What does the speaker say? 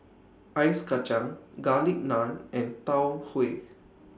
Ice Kacang Garlic Naan and Tau Huay